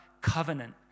covenant